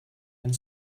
and